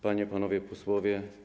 Panie Panowie Posłowie!